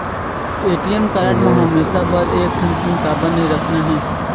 ATM card म हमेशा बर एक ठन पिन काबर नई रखना हे?